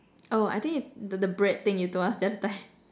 oh I think it the the bread thing you told us the other time